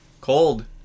Cold